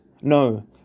No